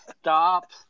Stop